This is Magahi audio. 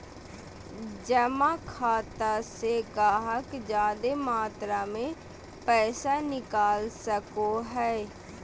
जमा खाता से गाहक जादे मात्रा मे पैसा निकाल सको हय